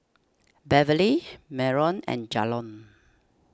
Beverley Marion and Jalon